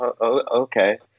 Okay